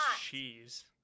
cheese